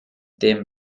dem